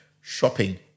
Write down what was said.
shopping